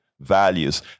values